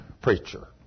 preacher